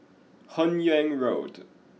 Hun Yeang Road